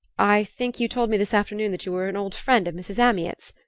i think you told me this afternoon that you were an old friend of mrs. amyot's?